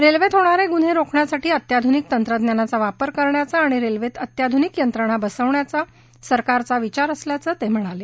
रेल्वेत होणारे गुन्हे रोखण्यासाठी अत्याधुनिक तंत्रज्ञानाचा वापर करण्याचा आणि रेल्वेत अत्याधुनिक यंत्रणा बसवण्याचा सरकारचा विचार असल्याचं ते म्हणाले